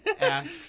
asks